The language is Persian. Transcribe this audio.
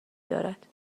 دارد